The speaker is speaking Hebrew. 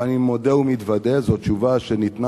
ואני מודה ומתוודה שזו תשובה שניתנה,